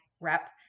rep